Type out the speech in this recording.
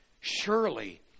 Surely